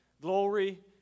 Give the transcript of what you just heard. glory